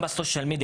גם ברשתות החברתיות.